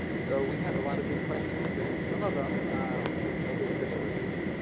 so we have a lot of big questions, and some of them nobody could ever answer.